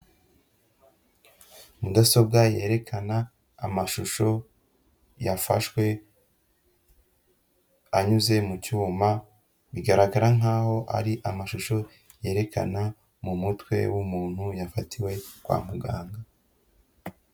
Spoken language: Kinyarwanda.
Mudasobwa yerekana amashusho yafashwe anyuze mu cyuma, bigaragara nk'aho ari amashusho yerekana mu mutwe w'umuntu yafatiwe kwa muganga.